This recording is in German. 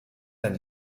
dein